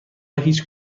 هیچ